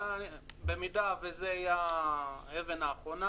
במידה וזו תהיה האבן האחרונה,